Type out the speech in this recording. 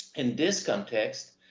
in this context,